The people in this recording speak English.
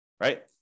right